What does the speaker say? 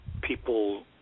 people